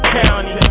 county